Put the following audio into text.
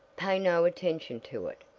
pay no attention to it.